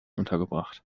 untergebracht